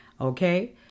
Okay